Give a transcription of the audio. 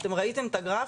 אתם ראיתם את הגרף,